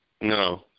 No